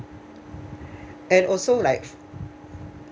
and also like